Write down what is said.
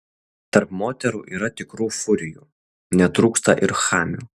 tarp moterų yra tikrų furijų netrūksta ir chamių